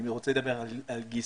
אני רוצה לדבר על גיסי.